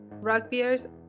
rugbyers